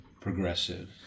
Progressive